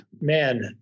man